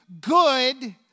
good